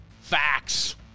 facts